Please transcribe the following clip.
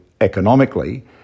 economically